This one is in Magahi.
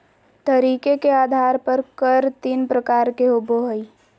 तरीके के आधार पर कर तीन प्रकार के होबो हइ